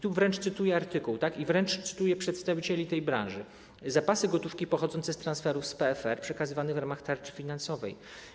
Tu wręcz cytuję artykuł i wręcz cytuję przedstawicieli tej branży: zapasy gotówki pochodzące z transferu z PFR przekazywane w ramach tarczy finansowej.